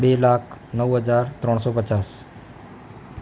બે લાખ નવ હજાર ત્રણસો પચાસ